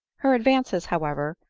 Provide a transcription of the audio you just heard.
her advances, however,